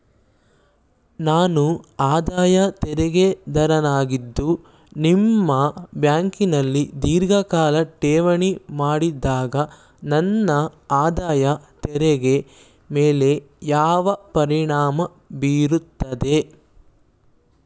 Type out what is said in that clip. ನಾನು ಆದಾಯ ತೆರಿಗೆದಾರನಾಗಿದ್ದು ನಿಮ್ಮ ಬ್ಯಾಂಕಿನಲ್ಲಿ ಧೀರ್ಘಕಾಲ ಠೇವಣಿ ಮಾಡಿದಾಗ ನನ್ನ ಆದಾಯ ತೆರಿಗೆ ಮೇಲೆ ಯಾವ ಪರಿಣಾಮ ಬೀರುತ್ತದೆ?